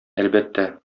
әлбәттә